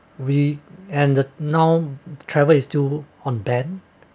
we and the now travel is to on band